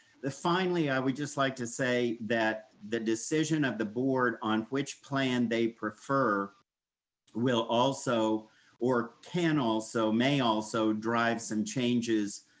finally i would just like to say that the decision of the board on which plan they prefer will also or can also, may also drive some changes